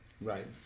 Right